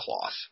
cloth